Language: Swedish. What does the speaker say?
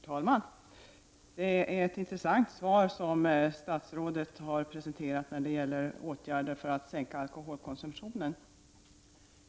Herr talman! Det är ett intressant svar som statsrådet har presenterat när det gäller åtgärder för att sänka alkoholkonsumtionen.